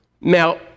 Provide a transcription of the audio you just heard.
Now